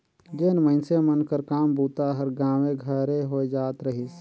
जेन मइनसे मन कर काम बूता हर गाँवे घरे होए जात रहिस